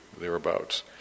thereabouts